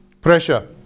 pressure